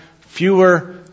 fewer